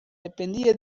dependía